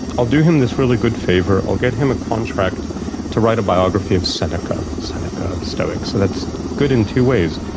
i'll do him this really good favour. i'll get him a contract to write a biography of seneca, seneca of the stoics, and it's good in two ways.